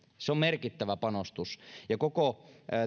se on merkittävä panostus ja koko